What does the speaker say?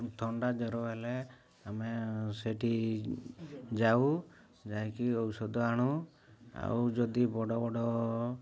ଥଣ୍ଡା ଜ୍ୱର ହେଲେ ଆମେ ସେଠି ଯାଉ ଯାଇକି ଔଷଧ ଆଣୁ ଆଉ ଯଦି ବଡ଼ ବଡ଼